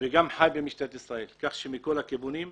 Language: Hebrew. וגם חי במשטרת ישראל, כך שאני מכל הכיוונים.